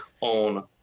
on